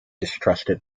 distrusted